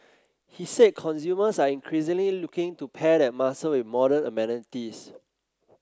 he said consumers are increasingly looking to pair that muscle with modern amenities